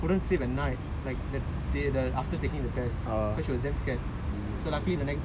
!wah! damn scary all my mum couldn't sleep at night like that day the after taking the test